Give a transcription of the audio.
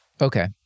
Okay